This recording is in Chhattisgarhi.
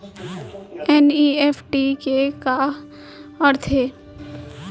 एन.ई.एफ.टी के का अर्थ है?